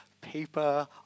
paper